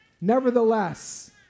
nevertheless